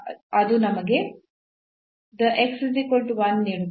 ಅದು ನಮಗೆ the ನೀಡುತ್ತದೆ